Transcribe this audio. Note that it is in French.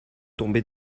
tombée